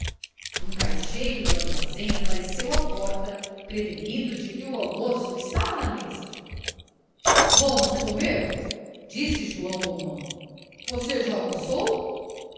um caixeiro do armazém apareceu à porta prevenindo de que o almoço estava na mesa vamos comer disse joão romão você já almoçou